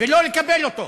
ולא לקבל אותו.